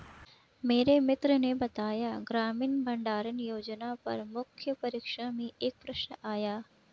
मेरे मित्र ने बताया ग्रामीण भंडारण योजना पर मुख्य परीक्षा में एक प्रश्न आया